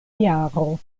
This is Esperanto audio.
jaro